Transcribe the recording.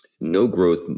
no-growth